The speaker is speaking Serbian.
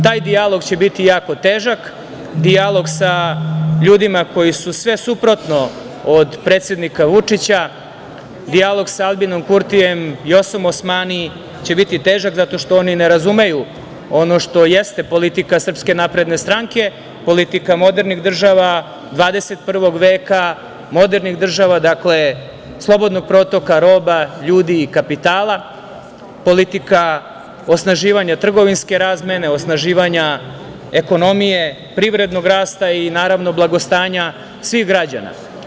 Taj dijalog će biti jako težak, dijalog sa ljudima koji su sve suprotno od predsednika Vučića, dijalog sa Aljbinom Kurtijem, Vljosom Osmani biti težak zato što oni ne razumeju ono što jeste politika SNS, politika modernih država 21. veka, slobodnog protoka roba, ljudi i kapitala, politika osnaživanja trgovinske razmene, osnaživanja ekonomije, privrednog rasta i naravno blagostanja svih građana.